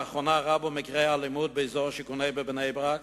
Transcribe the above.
לאחרונה רבו מקרי האלימות באזור שיכון ה' בבני-ברק.